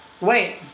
Wait